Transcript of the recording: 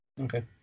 Okay